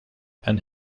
and